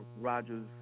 Rogers